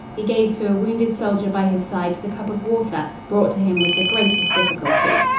he gave to a wounded soldier by his side the cup of water brought to him with the greatest difficulty.